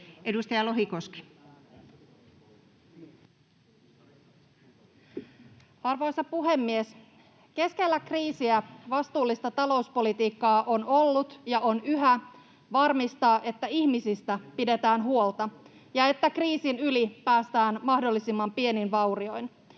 14:47 Content: Arvoisa puhemies! Keskellä kriisiä vastuullista talouspolitiikkaa on ollut ja on yhä varmistaa, että ihmisistä pidetään huolta ja että kriisin yli päästään mahdollisimman pienin vaurioin.